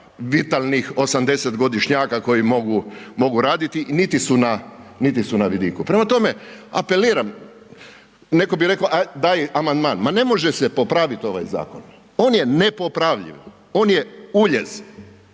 vitalnih 80-godišnjaka koji mogu raditi, niti su na vidiku prema tome, apeliram, netko bi rekao daj amandman, ma ne može se popravit ovaj zakon. On je nepopravljiv. On je uljez